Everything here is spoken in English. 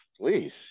please